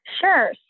Sure